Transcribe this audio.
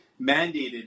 mandated